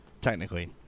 technically